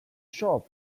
shop